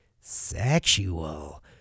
sexual